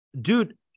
dude